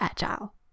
Agile